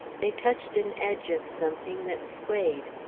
they touched an edge of something that swayed.